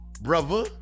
Brother